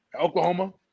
Oklahoma